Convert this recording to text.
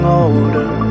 older